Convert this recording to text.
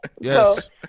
Yes